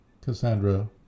Cassandra